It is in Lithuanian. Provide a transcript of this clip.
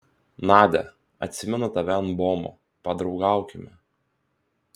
nadia atsimenu tave ant buomo padraugaukime